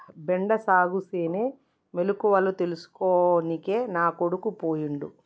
బెండ సాగుసేనే మెలకువల తెల్సుకోనికే నా కొడుకు పోయిండు